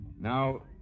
Now